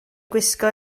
gwisgo